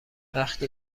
وقتی